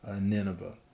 Nineveh